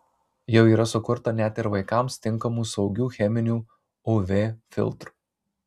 jau yra sukurta net ir vaikams tinkamų saugių cheminių uv filtrų